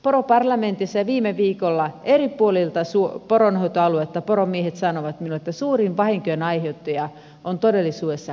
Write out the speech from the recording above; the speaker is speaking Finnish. poroparlamentissa viime viikolla eri puolilta poronhoitoaluetta poromiehet sanoivat minulle että suurin vahinkojen aiheuttaja on todellisuudessa karhu